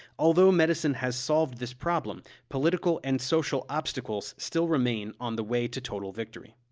although medicine has solved this problem, political and social obstacles still remain on the way to total victory.